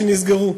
שנסגרו,